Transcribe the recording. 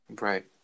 Right